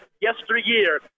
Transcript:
yesteryear